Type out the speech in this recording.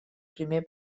primer